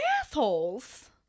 assholes